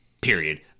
Period